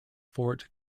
fort